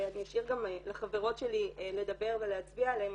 ואני אשאיר גם לחברות שלי לדבר ולהצביע עליהם,